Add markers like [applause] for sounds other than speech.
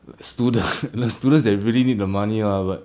student [breath] the students that really need the money lah but